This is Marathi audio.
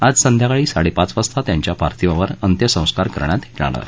आज संध्याकाळी साडेपाच वाजता त्यांच्या पार्थिवावर अंत्यसंस्कार करण्यात येणार आहेत